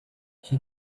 she